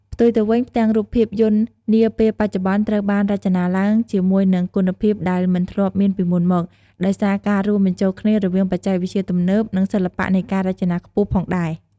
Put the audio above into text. ផ្ទុយទៅវិញ ផ្ទាំងរូបភាពយន្តនាពេលបច្ចុប្បន្នត្រូវបានរចនាឡើងជាមួយនឹងគុណភាពដែលមិនធ្លាប់មានពីមុនមក ដោយសារការរួមបញ្ចូលគ្នារវាងបច្ចេកវិទ្យាទំនើប និងសិល្បៈនៃការរចនាខ្ពស់ផងដែរ ។